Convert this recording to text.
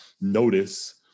notice